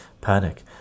Panic